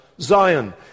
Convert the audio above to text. Zion